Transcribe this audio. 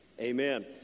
amen